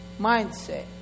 mindset